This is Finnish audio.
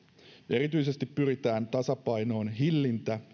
erityisesti pyritään tasapainoon hillintä